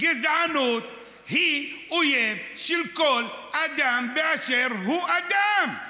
גזענות היא אויב של כל אדם באשר הוא אדם.